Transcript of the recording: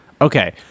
Okay